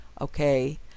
okay